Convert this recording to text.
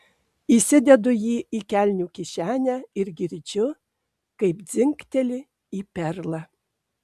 įsidedu jį į kelnių kišenę ir girdžiu kaip dzingteli į perlą